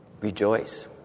Rejoice